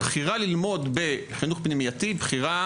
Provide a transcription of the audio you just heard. הבחירה ללמוד בחינוך פנימייתי היא בחירה